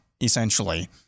essentially